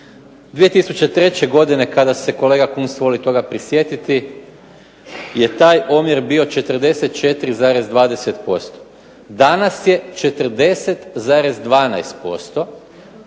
2003. godine kada se kolega Kunst voli toga prisjetiti je taj omjer bio 44,20% danas je 40,12%,